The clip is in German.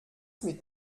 mit